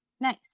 Nice